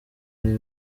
ariwe